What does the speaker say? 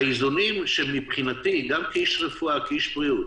האיזונים, שמבחינתי, גם כאיש רפואה, כאיש בריאות,